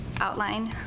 outline